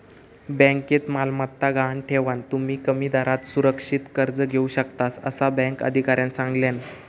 बँकेत मालमत्ता गहाण ठेवान, तुम्ही कमी दरात सुरक्षित कर्ज घेऊ शकतास, असा बँक अधिकाऱ्यानं सांगल्यान